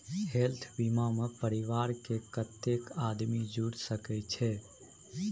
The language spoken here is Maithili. हेल्थ बीमा मे परिवार के कत्ते आदमी जुर सके छै?